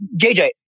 JJ